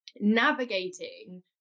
navigating